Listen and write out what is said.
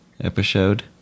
episode